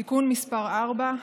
(תיקון מס' 4),